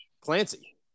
Clancy